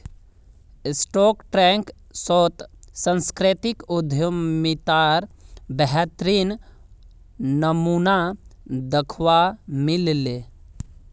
Shark Tank शोत सांस्कृतिक उद्यमितार बेहतरीन नमूना दखवा मिल ले